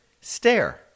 stare